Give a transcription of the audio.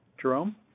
Jerome